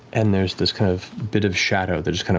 and there's this kind of bit of shadow that just